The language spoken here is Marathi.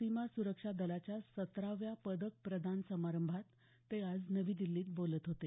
सीमा सुरक्षा दलाच्या सतराव्या पदक प्रदान समारंभात ते आज नवी दिल्लीत बोलत होते